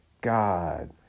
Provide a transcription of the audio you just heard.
God